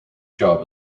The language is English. job